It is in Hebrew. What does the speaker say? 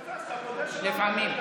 יפה, אתה מודה שלמדת.